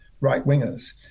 right-wingers